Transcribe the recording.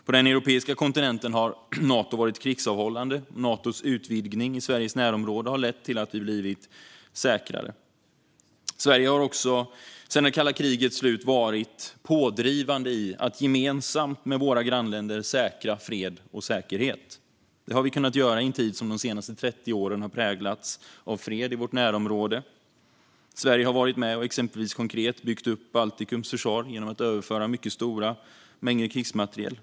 På den europeiska kontinenten har Nato varit krigsavhållande. Natos utvidgning i Sveriges närområde har lett till att vi blivit säkrare. Sverige har också sedan kalla krigets slut varit pådrivande i att gemensamt med våra grannländer säkra fred och säkerhet. Det har vi kunnat göra i en tid som de senaste 30 åren har präglats av fred i vårt närområde. Sverige har exempelvis varit med och konkret byggt upp Baltikums försvar genom att överföra mycket stora mängder krigsmateriel.